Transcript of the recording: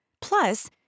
Plus